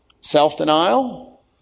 self-denial